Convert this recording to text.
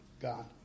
God